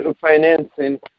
financing